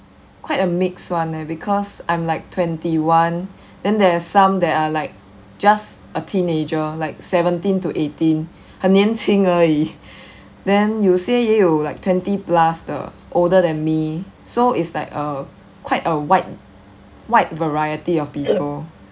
quite a mix [one] eh because I'm like twenty one then there's some that are like just a teenager like seventeen to eighteen 很年轻而已 then 有些也有 like twenty plus 的 older than me so is like a quite a wide wide variety of people